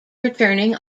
returning